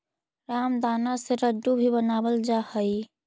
रामदाना से लड्डू भी बनावल जा हइ